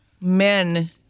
men